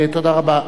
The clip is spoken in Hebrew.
תודה רבה.